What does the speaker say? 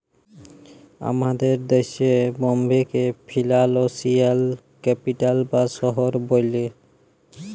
আমাদের দ্যাশে বম্বেকে ফিলালসিয়াল ক্যাপিটাল বা শহর ব্যলে